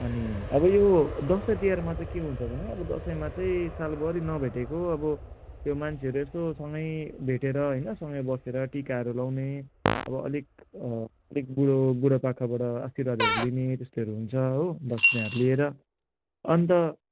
अनि अब यो दसैँ तिहारमा चाहिँ के हुन्छ भने अब दसैँमा चाहिँ सालभरि नभेटेको अब त्यो मान्छेहरू यसो सँगै भेटेर होइन सँगै बसेर टिकाहरू लगाउने अब अलिक अलिक बुढो बुढोपाखाबाट आशीर्वादहरू लिने त्यस्तोहरू हुन्छ हो दक्षिणाहरू लिएर अन्त